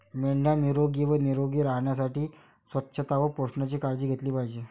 मेंढ्या निरोगी व निरोगी राहण्यासाठी स्वच्छता व पोषणाची काळजी घेतली पाहिजे